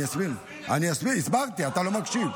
אני אסביר, הסברתי, אתה לא מקשיב.